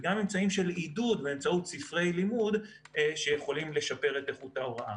וגם אמצעים של עידוד באמצעות ספרי לימוד שיכולים לשפר את איכות ההוראה.